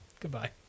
Goodbye